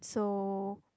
so